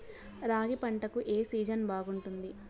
రాగి పంటకు, ఏ సీజన్ బాగుంటుంది?